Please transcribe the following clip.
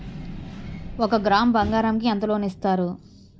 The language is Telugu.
ఒక గ్రాము బంగారం కి ఎంత లోన్ ఇస్తారు?